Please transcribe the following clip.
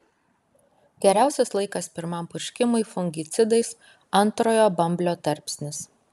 geriausias laikas pirmam purškimui fungicidais antrojo bamblio tarpsnis